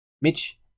Mitch